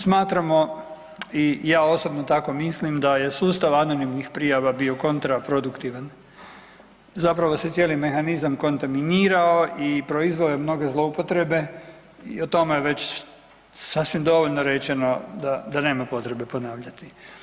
Smatramo i ja osobno tako mislim da je sustav anonimnih prijava bio kontraproduktivan, zapravo se cijeli mehanizam kontaminirao i proizveo je mnoge zloupotrebe i o tome je već sasvim dovoljno rečeno da nema potrebe ponavljati.